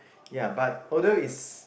ya but although is